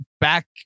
back